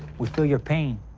we feel your pain.